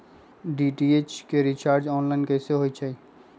DTH के recharge online कैसे होईछई?